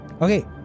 Okay